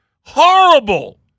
Horrible